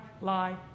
lie